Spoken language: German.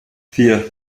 vier